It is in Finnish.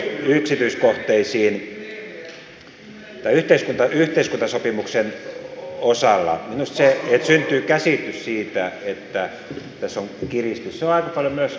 tämän yhteiskuntasopimuksen osalta minusta se että syntyy käsitys siitä että tässä on kiristys on aika paljon myös kiinni siitä miten täällä siihen suhtaudutaan